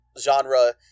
genre